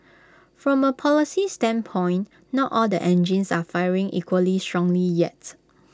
from A policy standpoint not all the engines are firing equally strongly yet